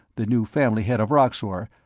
the new family-head of roxor,